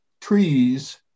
trees